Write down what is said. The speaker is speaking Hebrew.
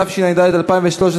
התשע"ד 2013,